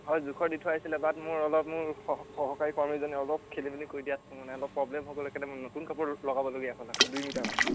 হয় জোখৰ দি থৈ আহিছিলে বাট মোৰ অলপ মোৰ সহকাৰী কৰ্মীজনে অলপ খেলি মেলি কৰি দিয়াত মানে অলপ প্ৰব্লেম হ'ল সেইকাৰণে মই নতুন কাপোৰ লগাবলগীয়া হ'ল আকৌ দুই মিটাৰমানৰ